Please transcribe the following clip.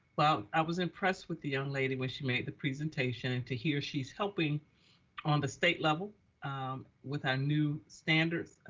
well, i was impressed with the young lady when she made the presentation and to hear she's helping on the state level um with our new standards.